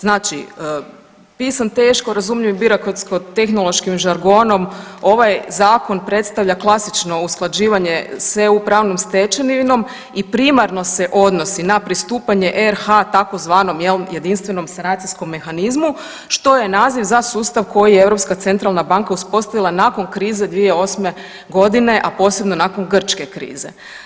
Znači pisan teško razumljivim birokratsko tehnološkim žargonom ovaj zakon predstavlja klasično usklađivanje s EU pravnom stečevinom i primarno se odnosi na pristupanje RH tzv. jel jedinstvenom sanacijskom mehanizmu što je naziv za sustav koji je Europska centralna banka uspostavila nakon krize 2008. godine, a posebno nakon grčke krize.